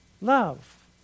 Love